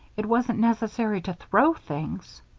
it wasn't necessary to throw things.